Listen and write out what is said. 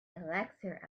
elixir